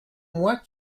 moi